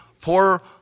poor